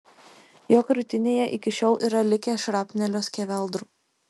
jo krūtinėje iki šiol yra likę šrapnelio skeveldrų